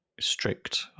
strict